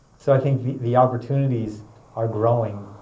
so i think the opportunities are growing.